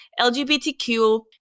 LGBTQ